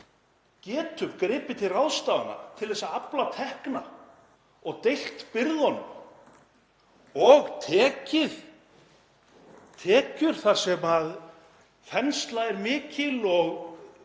getum gripið til ráðstafana til að afla tekna og deilt byrðunum og tekið tekjur þar sem þensla er mikil og